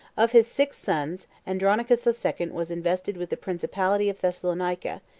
of his six sons, andronicus the second was invested with the principality of thessalonica,